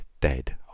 dead